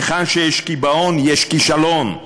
היכן שיש קיבעון, יש כישלון.